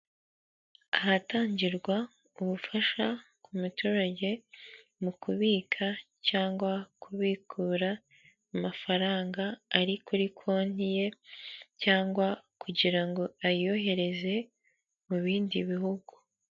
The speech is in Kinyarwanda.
Ahatangirwa ubufasha ku muturage mu kubika cyangwa kubikura amafaranga ari kuri konti ye cyangwa kugira ngo ayohereze mu bindi bihugu.